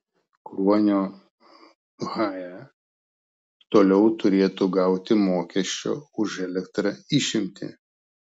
kruonio hae toliau turėtų gauti mokesčio už elektrą išimtį